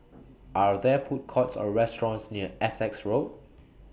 Are There Food Courts Or restaurants near Essex Road